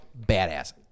badass